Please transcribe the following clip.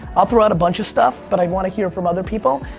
i'll throw out a bunch of stuff but i want to hear from other people.